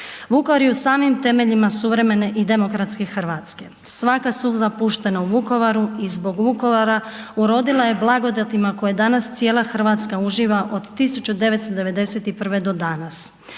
Vukovar je u samim temeljima suvremene i demokratske Hrvatske. Svaka suza puštena u Vukovaru i zbog Vukovara urodila je blagodatima koje danas cijela Hrvatska uživa od 1991. do danas.